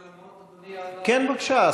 מותר לי לענות, אדוני, על, כן, בבקשה.